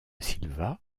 silva